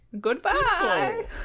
goodbye